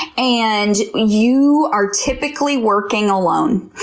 and you are typically working alone.